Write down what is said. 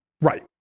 Right